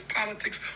politics